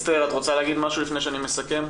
את רוצה להגיד משהו לפני שאני מסכם?